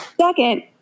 Second